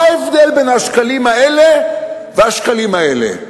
מה ההבדל בין השקלים האלה לשקלים האלה?